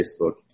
Facebook